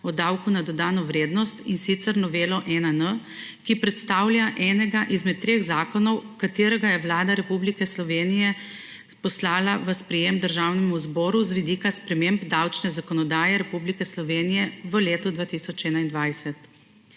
o davku na dodano vrednost, in sicer novelo 1N, ki predstavlja enega izmed treh zakonov, katerega je Vlada Republike Slovenije poslala v sprejem Državnemu zboru z vidika sprememb davčne zakonodaje Republike Slovenije v letu 2021.